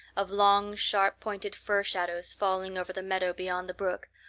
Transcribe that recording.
of long, sharp-pointed fir shadows falling over the meadow beyond the brook,